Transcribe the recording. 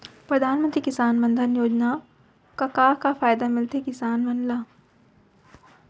परधानमंतरी किसान मन धन योजना के का का फायदा मिलथे किसान मन ला?